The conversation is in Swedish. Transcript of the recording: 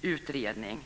utredning.